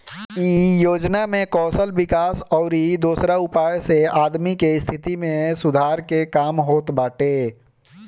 इ योजना में कौशल विकास अउरी दोसरा उपाय से आदमी के स्थिति में सुधार के काम होत बाटे